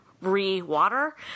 re-water